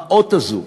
האות הזה,